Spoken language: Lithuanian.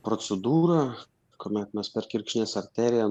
procedūra kuomet mes per kirkšnies arteriją